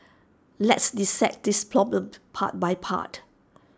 let's dissect this problem part by part